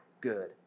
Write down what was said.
good